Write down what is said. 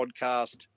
podcast